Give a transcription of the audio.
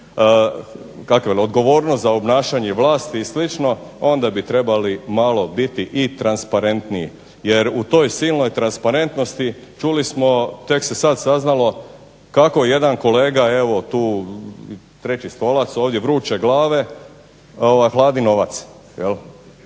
preuzeti odgovornost za obnašanje vlasti i sl. onda bi trebali malo biti i transparentniji. Jer u toj silnoj transparentnosti čuli smo tek se sada saznalo kako jedan kolega treći stolac ovdje, vruće glave vladin novac.